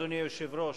אדוני היושב-ראש,